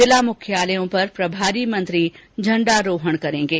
जिला मुख्यालयों पर प्रभारी मंत्री झंडारोहण करेंगे